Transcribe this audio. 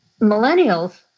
millennials